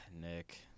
Nick